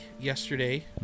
yesterday